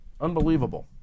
unbelievable